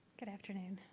good afternoon.